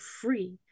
free